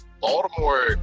Baltimore